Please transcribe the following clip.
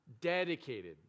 dedicated